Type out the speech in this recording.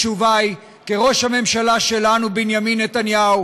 התשובה היא: כי ראש הממשלה שלנו בנימין נתניהו